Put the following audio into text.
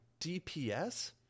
DPS